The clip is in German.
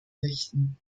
richten